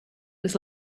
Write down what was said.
was